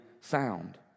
sound